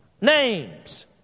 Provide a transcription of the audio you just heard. names